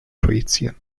projizieren